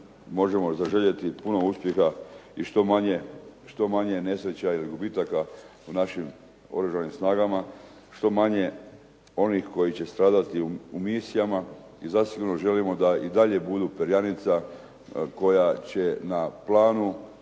možemo zaželjeti puno uspjeha i što manje nesreća ili gubitaka u našim Oružanim snagama, što manje onih koji će stradati u misijama. I zasigurno želimo da i dalje budu perjanica koja će na planu